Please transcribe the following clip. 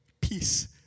Peace